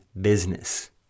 business